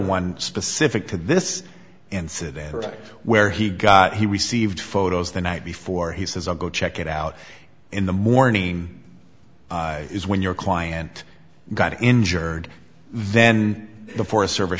one specific to this incident where he got he received photos the night before he says i'll go check it out in the morning is when your client got injured then the forest service